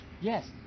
Yes